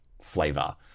flavor